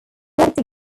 athletic